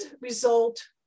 result